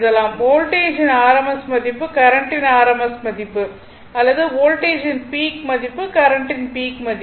வோல்டேஜின் rms மதிப்பு கரண்ட்டின் rms மதிப்பு அல்லது வோல்டேஜின் பீக் மதிப்பு கரண்ட்டின் பீக் மதிப்பு